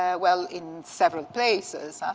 ah well, in several places.